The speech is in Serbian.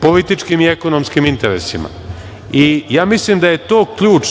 političkim i ekonomskim interesima. I ja mislim da je to ključ